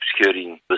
obscuring